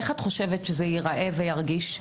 איך את חושבת שזה ייראה וירגיש?